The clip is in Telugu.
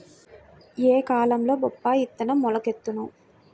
ఏ కాలంలో బొప్పాయి విత్తనం మొలకెత్తును?